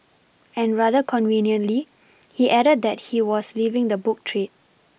and rather conveniently he added that he was leaving the book trade